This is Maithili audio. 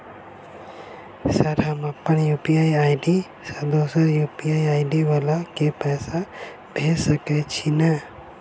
सर हम अप्पन यु.पी.आई आई.डी सँ दोसर यु.पी.आई आई.डी वला केँ पैसा भेजि सकै छी नै?